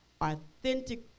authentic